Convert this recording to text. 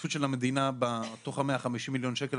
ההשתתפות של המדינה בתוך ה-150,000,000 שקל,